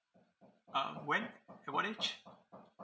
um when at what age